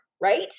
right